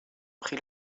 pris